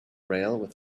rail